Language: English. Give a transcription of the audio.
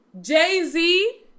Jay-Z